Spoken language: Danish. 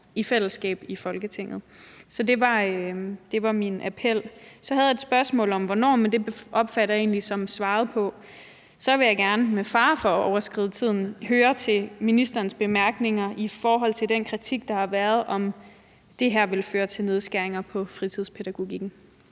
i fællesskab i Folketinget. Så det var min appel. Så havde jeg et spørgsmål i forhold til hvornår, men det opfatter jeg egentlig som besvaret. Så vil jeg gerne med fare for at overskride tidsgrænsen høre ministerens bemærkninger i forhold til den kritik, der har været, med hensyn til om det her vil føre til nedskæringer på fritidspædagogikken.